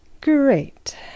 Great